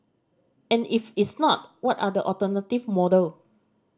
and if it's not what are the alternative model